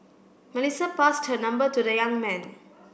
Melissa passed her number to the young man